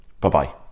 Bye-bye